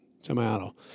Semi-auto